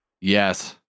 Yes